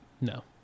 No